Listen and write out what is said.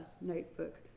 notebook